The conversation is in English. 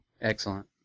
Excellent